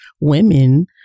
women